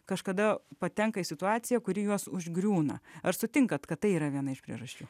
kažkada patenka į situaciją kuri juos užgriūna ar sutinkate kad tai yra viena iš priežasčių